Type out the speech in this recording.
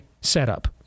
setup